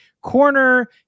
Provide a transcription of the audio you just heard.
corner